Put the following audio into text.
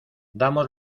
damos